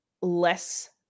less